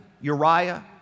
Uriah